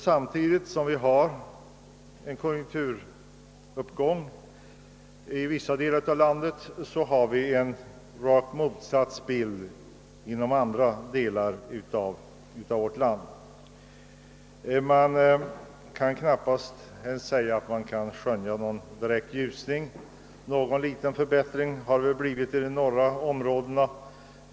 Samtidigt som vi har en konjunkturuppgång i vissa delar av vårt land är emellertid bilden den rakt motsatta inom andra delar av landet. Man kan knappast säga att någon direkt ljusning kan skönjas där, även om någon liten förbättring har förmärkts i de norra områdena.